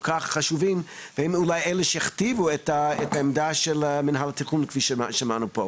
כך חשובים והם אולי אלה שהכתיבו את העמדה של מנהל התכנון כפי ששמענו פה.